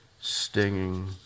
stinging